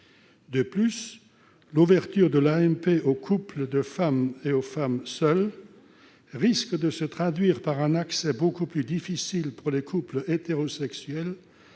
De plus, l'ouverture de l'AMP aux couples de femmes et aux femmes seules risque de se traduire par un accès beaucoup plus difficile pour les couples hétérosexuels,